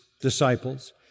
disciples